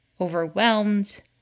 overwhelmed